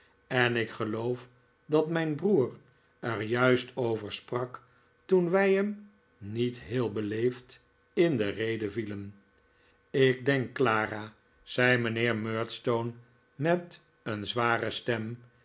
en ik geloof dat mijn broer er juist over sprak toen wij hem niet heel beleefd in de rede vielen ik denk clara zei mijnheer murdstone met een zware stem